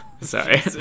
Sorry